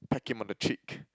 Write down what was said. peck him on the cheek